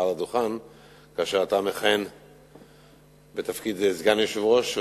הדוכן כאשר אתה מכהן בתפקיד סגן היושב-ראש.